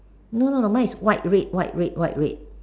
no no no mine is white red white red white red